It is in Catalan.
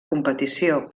competició